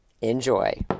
Enjoy